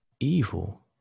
Evil